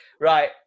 Right